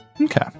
Okay